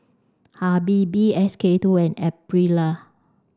Habibie S K two and Aprilia